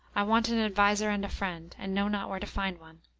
i want an adviser and a friend, and know not where to find one.